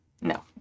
No